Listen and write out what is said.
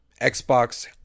xbox